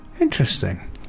Interesting